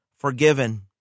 Forgiven